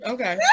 Okay